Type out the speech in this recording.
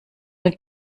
denn